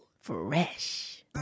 Fresh